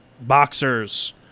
boxers